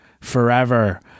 Forever